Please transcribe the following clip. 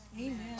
Amen